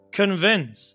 convince